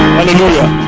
Hallelujah